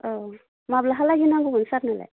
अ माब्लाहालागै नांगौमोन सारनोलाय